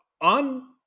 on